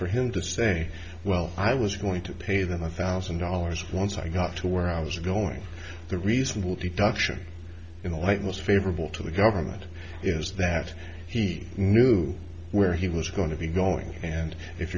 for him to say well i was going to pay them a thousand dollars once i got to where i was going the reason will be duction in the light most favorable to the government is that he knew where he was going to be going and if